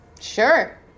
Sure